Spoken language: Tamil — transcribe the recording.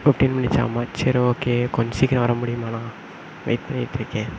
ஃபிஃப்டின் மினிட்ஸ் ஆகுமா சரி ஓகே கொஞ்சம் சீக்கிரம் வர முடியுமாண்ணா வெயிட் பண்ணிகிட்ருக்கேன்